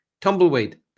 tumbleweed